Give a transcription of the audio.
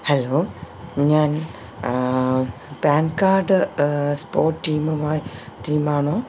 hello ഞാൻ PAN card spot ടീമുമായി ടീമാണൊ